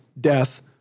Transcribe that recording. death